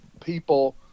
people